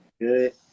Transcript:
Good